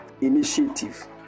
Initiative